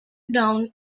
down